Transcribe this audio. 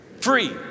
Free